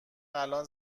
الان